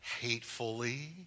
hatefully